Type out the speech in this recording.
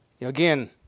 Again